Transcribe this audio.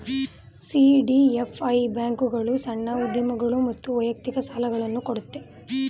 CDFI ಬ್ಯಾಂಕ್ಗಳು ಸಣ್ಣ ಉದ್ಯಮಗಳು ಮತ್ತು ವೈಯಕ್ತಿಕ ಸಾಲುಗಳನ್ನು ಕೊಡುತ್ತೆ